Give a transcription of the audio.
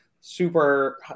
super